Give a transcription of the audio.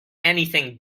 anything